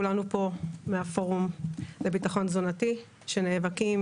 כולנו פה מהפורום לביטחון תזונתי שנאבקים